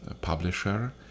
publisher